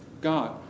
God